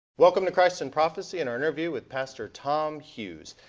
welcome to christ in prophecy and our interview with pastor tom hughes.